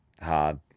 hard